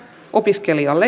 opiskelijalle